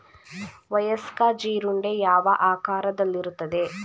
ವಯಸ್ಕ ಜೀರುಂಡೆ ಯಾವ ಆಕಾರದಲ್ಲಿರುತ್ತದೆ?